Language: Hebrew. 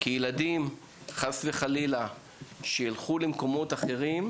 כי ילדים שחס וחלילה ילכו למקומות אחרים,